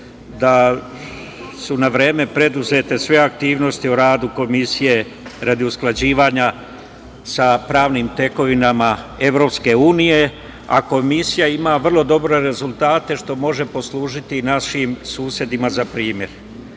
da su na vreme preduzete sve aktivnosti o radu Komisije radi usklađivanja sa pravnim tekovinama EU, a Komisija ima vrlo dobre rezultate što može poslužiti našim susedima za